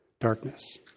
darkness